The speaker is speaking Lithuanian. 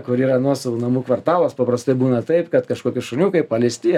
kur yra nuosavų namų kvartalas paprastai būna taip kad kažkokie šuniukai paliesti